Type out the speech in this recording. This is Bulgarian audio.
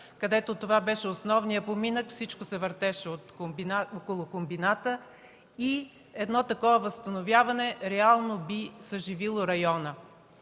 където това беше основният поминък. Всичко се въртеше около комбината и едно такова възстановяване реално би съживило района.